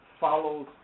Follows